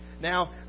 Now